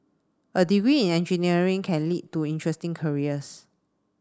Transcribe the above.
a degree in engineering can lead to interesting careers